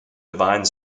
divine